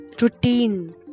routine